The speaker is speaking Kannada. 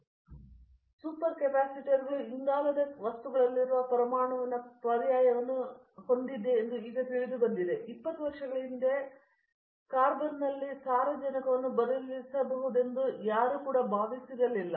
ಉದಾಹರಣೆಗೆ ನಾನು ನಿಮಗೆ ಹೇಳಿದ್ದಂತೆ ಸೂಪರ್ ಕೆಪಾಸಿಟರ್ಗಳು ಇಂಗಾಲದ ವಸ್ತುಗಳಲ್ಲಿರುವ ಪರಮಾಣುವಿನ ಪರ್ಯಾಯವನ್ನು ಈಗ ತಿಳಿದುಬಂದಿದೆ ಆದರೆ ನಾವು 20 ವರ್ಷಗಳ ಹಿಂದೆ ಪ್ರಾರಂಭವಾದಾಗ ಕಾರ್ಬನ್ನಲ್ಲಿ ಸಾರಜನಕವನ್ನು ಬದಲಿಸಬಹುದೆಂದು ಯಾರೂ ಕೂಡ ಭಾವಿಸಲಿಲ್ಲ